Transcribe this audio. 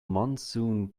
monsoon